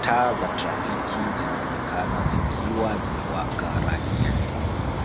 Taa za trafiki zinaonekana zikiwa zimewaka rangi ya nyekundu.